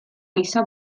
giza